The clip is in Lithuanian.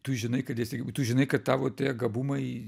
tu žinai kad esi tu žinai kad tavo tie gabumai